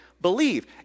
believe